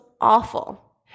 awful